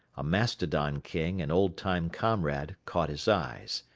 a mastodon king and old-time comrade, caught his eyes.